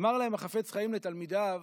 אמר החפץ חיים לתלמידיו: